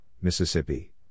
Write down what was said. Mississippi